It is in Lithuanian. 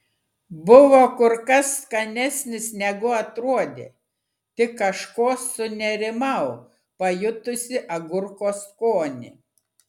buvo kur kas skanesnis negu atrodė tik kažko sunerimau pajutusi agurko skonį